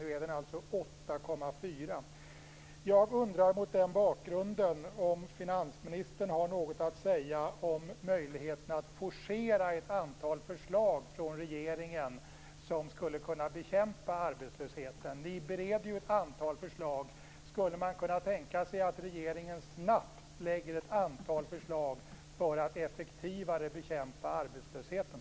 Nu är den alltså Mot den bakgrunden undrar jag om finansministern har något att säga om möjligheten att forcera ett antal förslag från regeringen som skulle kunna bekämpa arbetslösheten? Ni bereder ju ett antal förslag. Skulle regeringen kunna tänka sig att snabbt lägga fram ett antal förslag för att effektivare bekämpa arbetslösheten?